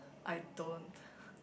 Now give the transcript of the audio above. I don't